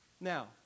Now